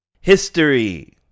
History